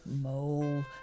Mole